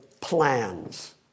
plans